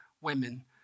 women